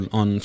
on